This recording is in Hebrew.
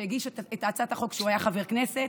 שהגיש את הצעת החוק כשהוא היה חבר כנסת.